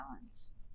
Balance